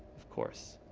of course.